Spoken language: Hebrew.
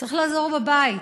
וצריך לעזור בבית.